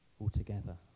altogether